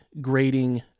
grading